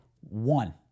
one